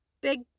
big